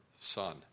Son